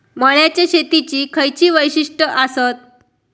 मळ्याच्या शेतीची खयची वैशिष्ठ आसत?